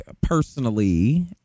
personally